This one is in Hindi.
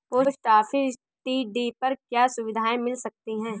पोस्ट ऑफिस टी.डी पर क्या सुविधाएँ मिल सकती है?